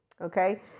Okay